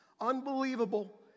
unbelievable